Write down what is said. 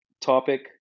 topic